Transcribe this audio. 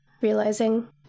realizing